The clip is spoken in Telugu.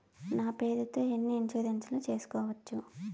నా పేరుతో ఎన్ని ఇన్సూరెన్సులు సేసుకోవచ్చు?